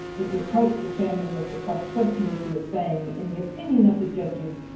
it quotes the chairman of the crest subcommittee as saying in the opinion of the judges,